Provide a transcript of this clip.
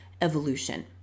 evolution